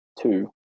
two